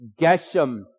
Geshem